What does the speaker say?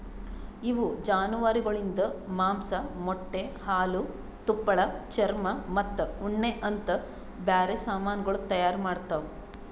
ಇವು ಜಾನುವಾರುಗೊಳಿಂದ್ ಮಾಂಸ, ಮೊಟ್ಟೆ, ಹಾಲು, ತುಪ್ಪಳ, ಚರ್ಮ ಮತ್ತ ಉಣ್ಣೆ ಅಂತ್ ಬ್ಯಾರೆ ಸಮಾನಗೊಳ್ ತೈಯಾರ್ ಮಾಡ್ತಾವ್